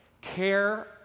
care